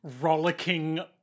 rollicking